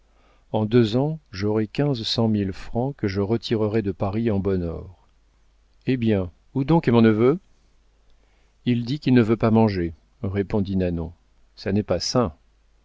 en deux ans j'aurai quinze cent mille francs que je retirerai de paris en bon or eh bien où donc est mon neveu il dit qu'il ne veut pas manger répondit nanon ça n'est pas sain